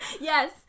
Yes